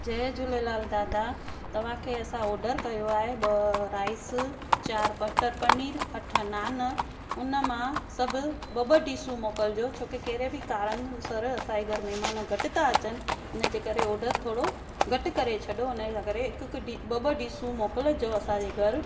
जय झूलेलाल दादा तव्हांखे असां ऑडर कयो आहे राइस चारि बटर पनीर अठ नान उन मां सभु ॿ ॿ डिशूं मोकिलिजो छो की कहिड़े बि कारण सर असांजे घर महिमान घटि था अचनि हिनजे करे ऑडर थोरो घटि करे छॾियो हुनमें हिकु हिकु डि ॿ ॿ डिशूं मोकिलिजो असांजे घर